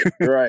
Right